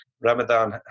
ramadan